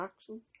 actions